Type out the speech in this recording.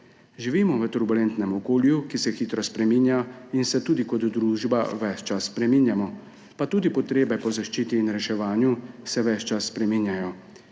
Živimo v turbulentnem okolju, ki se hitro spreminja, in se tudi kot družba več čas spreminjamo, pa tudi potrebe po zaščiti in reševanju se ves čas spreminjajo.